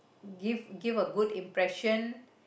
give give a good impression